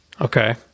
Okay